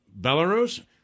Belarus